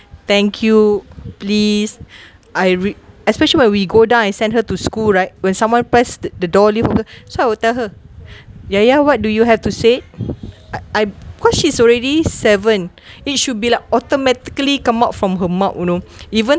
thank you please I re~ especially when we go down and send her to school right when someone press the door lift for her so I would tell her yaya what do you have to say I I cause she is already seven it should be like automatically come out from her mouth you know even